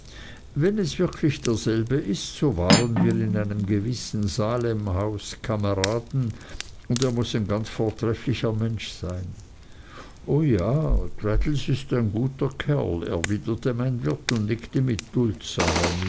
wenn es wirklich derselbe ist so waren wir in einem gewissen salemhaus kameraden und er muß ein ganz vortrefflicher mensch sein o ja traddles ist ein guter kerl erwiderte mein wirt und nickte mit